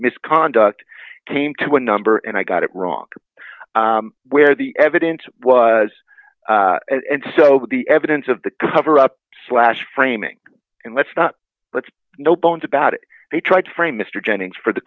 misconduct came to a number and i got it wrong where the evidence was and so the evidence of the cover up slashed framing and let's not let's no bones about it they tried to frame mr jennings for the